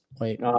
wait